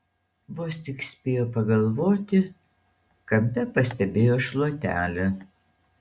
vos tik spėjo pagalvoti kampe pastebėjo šluotelę